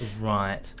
Right